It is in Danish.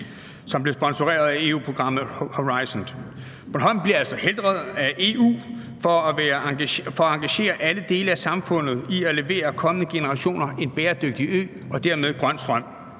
som blev sponsoreret af EU-programmet Horizon. Bornholm bliver altså hædret af EU for at engagere alle dele af samfundet i at levere kommende generationer en bæredygtig ø og dermed grøn strøm.